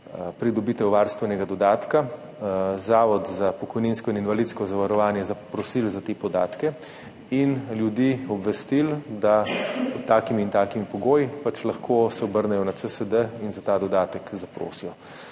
pridobitev varstvenega dodatka, Zavod za pokojninsko in invalidsko zavarovanje zaprosili za te podatke in ljudi obvestili, da pod takimi in takimi pogoji, lahko se pač obrnejo na CSD in za ta dodatek zaprosijo.